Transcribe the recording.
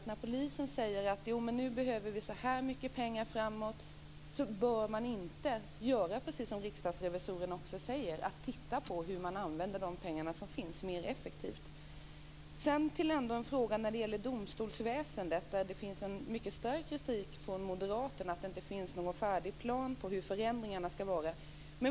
När polisen säger hur mycket pengar som behövs framöver bör man göra precis som Riksdagens revisorer säger och titta på hur polisen kan använda de pengar som finns mer effektivt. Sedan till frågan om domstolsväsendet. Det finns en mycket stark kritik från moderaterna mot att det inte finns någon färdig plan för hur förändringarna ska se ut.